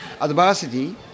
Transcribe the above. adversity